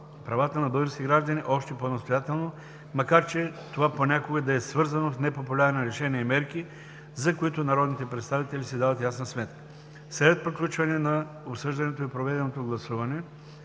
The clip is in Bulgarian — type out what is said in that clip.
правата на българските граждани още по-настоятелно, макар че това понякога да е свързано с непопулярни решения и мерки, за които народните представители си дават ясна сметка. След приключване на обсъждането и проведеното гласуване